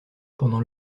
pendant